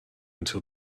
until